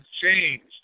changed